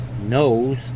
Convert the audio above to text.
Knows